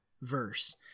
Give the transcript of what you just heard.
verse